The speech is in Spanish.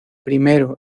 primero